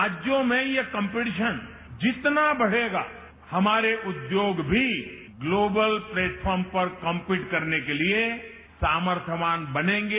राज्यों में ये कॉम्पीटिशन जितना बढ़ेगा हमारे उद्योग भी ग्लोबल प्लेटफार्म पर कम्पीट करने के लिए सामर्थ्यवान बनेंगे